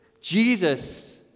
Jesus